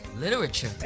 Literature